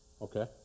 okay